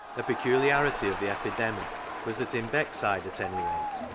a peculiarity of the epidemic was that in beckside, at anyrate,